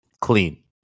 Clean